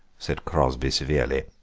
said crosby severely,